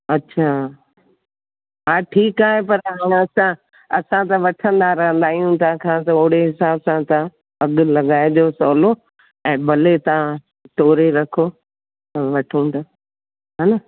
अच्छा हा ठीकु आहे पर हाणे असां असां त वठंदा रहंदा आहियूं तव्हां खां त ओड़े हिसाबु सां तव्हां अघु लॻाइजो सवलो ऐं भले तव्हां तोरे रखो वठूं था हान